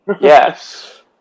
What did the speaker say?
Yes